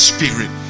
Spirit